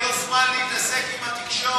אין לו זמן להתעסק עם התקשורת.